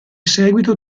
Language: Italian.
seguito